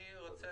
אני רוצה